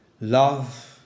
Love